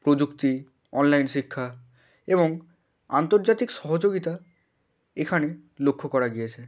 প্রযুক্তি অনলাইন শিক্ষা এবং আন্তর্জাতিক সহযোগিতা এখানে লক্ষ্য করা গিয়েছে